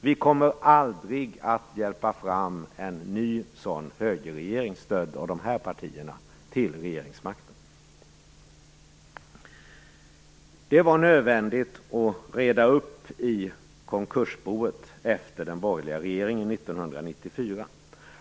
Vi kommer aldrig att hjälpa fram en ny sådan högerregering, stödd av de här partierna, till regeringsmakten. Det var nödvändigt att reda upp i konkursboet efter den borgerliga regeringen 1994.